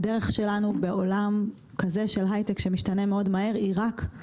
שמשתנה מאוד מהר היא רק בשיח המשותף הזה כל הזמן.